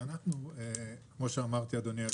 כמו שאמרתי, אדוני היושב-ראש,